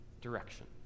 direction